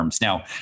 Now